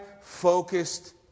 focused